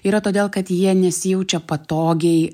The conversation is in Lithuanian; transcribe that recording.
yra todėl kad jie nesijaučia patogiai